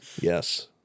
yes